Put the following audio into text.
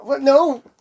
no